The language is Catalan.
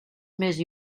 més